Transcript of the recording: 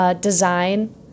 Design